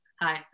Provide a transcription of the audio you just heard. hi